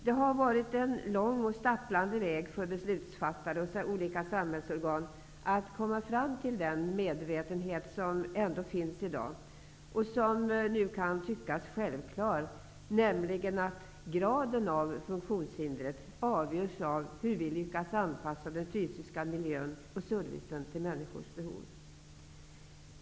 Det har varit en lång och stapplande väg för beslutsfattare och olika samhällsorgan att komma fram till den medvetenhet som ändå finns i dag och som nu kan tyckas självklar, nämligen att graden av funktionshindret avgörs av hur vi lyckas anpassa den fysiska miljön och servicen till människors behov.